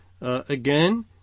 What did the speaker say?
again